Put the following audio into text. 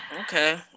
okay